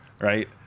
right